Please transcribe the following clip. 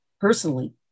personally